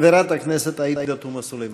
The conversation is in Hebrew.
חברת הכנסת עאידה תומא סלימאן.